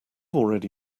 already